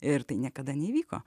ir tai niekada neįvyko